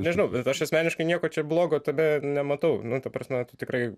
nežinau bet aš asmeniškai nieko čia blogo tame nematau nu ta prasme tikrai